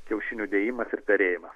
kiaušinių dėjimas ir perėjimas